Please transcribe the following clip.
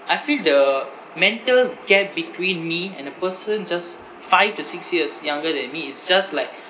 I feel the mental gap between me and the person just five to six years younger than me is just like